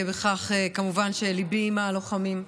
נפתח בכך, כמובן, שליבי עם הלוחמים עכשיו,